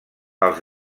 als